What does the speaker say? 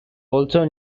also